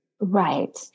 Right